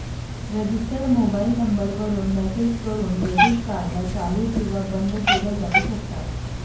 register mobile number वरून message करून debit card ला चालू किंवा बंद केलं जाऊ शकता